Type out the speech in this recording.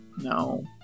no